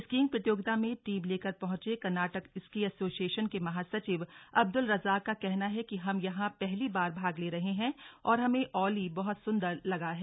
skiing प्रतियोगिता में team लेकर पहुंचे कर्नाटक स्की एसोसिएशन के महासचिव अब्दुल रज्जाक का कहना है कि हम यहा पहली बार भाग र्ले रहे हैं और हमें औली बहत संदर लगा है